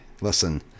Listen